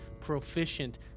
proficient